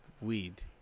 weed